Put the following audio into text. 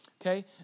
okay